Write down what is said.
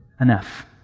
enough